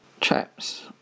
chaps